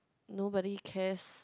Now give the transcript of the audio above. nobody cares